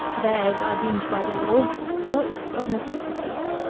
theirs are deemed by the law works of necessity.